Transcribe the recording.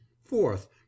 fourth